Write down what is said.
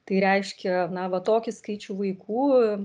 tai reiškia na va tokį skaičių vaikų